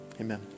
Amen